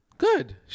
good